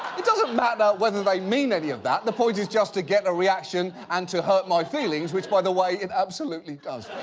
it doesn't matter whether they mean any of that, the point is just to get a reaction and to hurt my feelings which, by the way, it absolutely does.